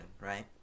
right